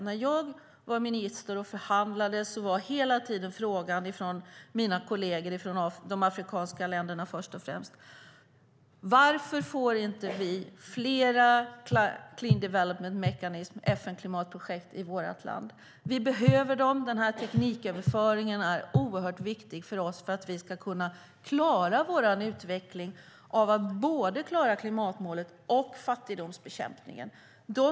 När jag var minister och förhandlade var hela tiden frågan från mina kolleger, först och främst från de afrikanska länderna: Varför får inte vi fler clean development mechanisms - FN-klimatprojekt - i vårt land? Vi behöver dem! Tekniköverföringen är oerhört viktig för oss om vi ska kunna klara vår utveckling när det gäller både klimatmålet och fattigdomsbekämpningen, sade de.